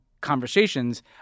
conversations